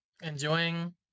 Enjoying